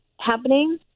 happening